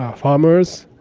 ah farmers,